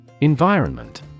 Environment